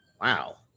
Wow